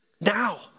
now